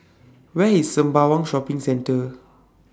Where IS Sembawang Shopping Centre